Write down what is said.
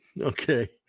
Okay